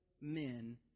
men